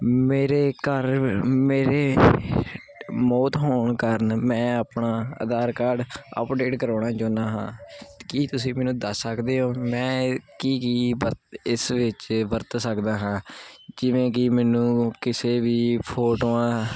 ਮੇਰੇ ਘਰ ਮੇਰੇ ਮੌਤ ਹੋਣ ਕਾਰਨ ਮੈਂ ਆਪਣਾ ਆਧਾਰ ਕਾਰਡ ਅਪਡੇਟ ਕਰਾਉਣਾ ਚਾਹੁੰਦਾ ਹਾਂ ਕੀ ਤੁਸੀਂ ਮੈਨੂੰ ਦੱਸ ਸਕਦੇ ਹੋ ਮੈਂ ਕੀ ਕੀ ਵਰਤ ਇਸ ਵਿੱਚ ਵਰਤ ਸਕਦਾ ਹਾਂ ਜਿਵੇਂ ਕਿ ਮੈਨੂੰ ਕਿਸੇ ਵੀ ਫੋਟੋਆਂ